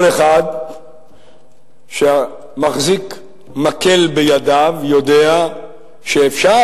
כל אחד שמחזיק מקל בידיו יודע שאפשר